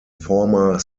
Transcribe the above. former